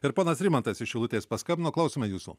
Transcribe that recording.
ir ponas rimantas iš šilutės paskambino klausome jūsų